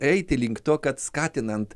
eiti link to kad skatinant